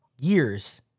Years